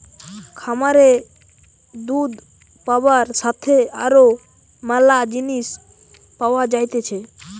খামারে দুধ পাবার সাথে আরো ম্যালা জিনিস পাওয়া যাইতেছে